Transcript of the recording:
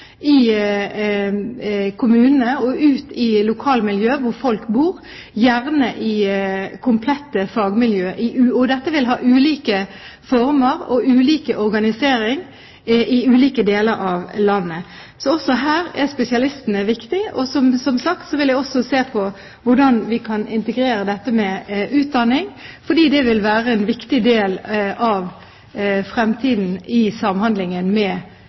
i kommunene og ut i lokalmiljøet hvor folk bor, gjerne i komplette fagmiljøer. Dette vil ha ulike former og ulik organisering i ulike deler av landet, så også her er spesialistene viktig. Og jeg vil, som sagt, også se på hvordan vi kan integrere dette med utdanning, fordi det vil være en viktig del av fremtiden når det gjelder samhandlingen med